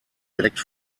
direkt